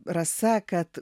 rasa kad